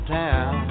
town